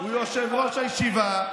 הוא יושב-ראש הישיבה,